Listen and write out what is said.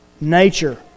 nature